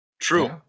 True